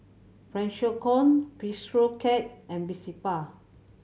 Freshkon Bistro Cat and Vespa